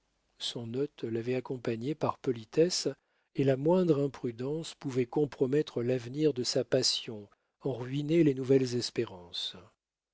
son hôte l'avait accompagné par politesse et la moindre imprudence pouvait compromettre l'avenir de sa passion en ruiner les nouvelles espérances